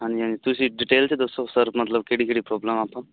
ਹਾਂਜੀ ਹਾਂਜੀ ਤੁਸੀਂ ਡਿਟੇਲ 'ਚ ਦੱਸੋ ਸਰ ਮਤਲਬ ਕਿਹੜੀ ਕਿਹੜੀ ਪ੍ਰੋਬਲਮ ਆਪਾਂ